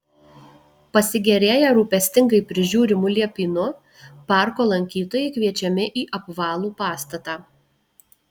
pasigėrėję rūpestingai prižiūrimu liepynu parko lankytojai kviečiami į apvalų pastatą